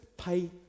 Pay